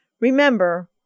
Remember